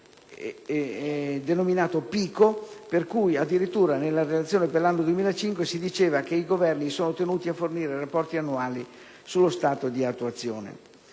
denominato PICO, per cui addirittura, nella Relazione per l'anno 2005, si diceva che i Governi sono tenuti a fornire rapporti annuali sullo stato di attuazione.